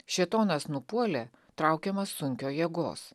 šėtonas nupuolė traukiamas sunkio jėgos